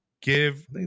Give